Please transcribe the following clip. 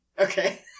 Okay